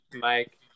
Mike